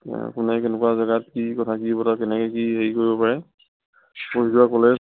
কোনে কেনেকুৱা জেগাত কি কথা কি বতৰা কেনেকে কি হেৰি কৰিব পাৰে পঢ়ি যোৱা কলেজ